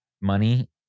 money